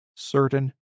certain